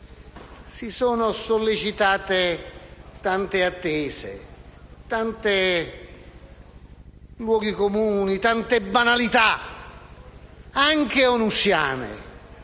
si sono sollecitate tante attese, tanti luoghi comuni e tante banalità, anche onusiane.